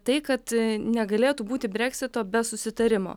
tai kad negalėtų būti breksito be susitarimo